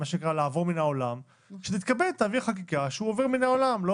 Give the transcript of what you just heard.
לעבור מן העולם - שתתכבד ותעביר חקיקה שהוא עובר מן העולם.